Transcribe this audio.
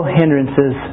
hindrances